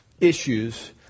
issues